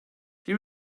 here